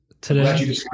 today